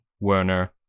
Werner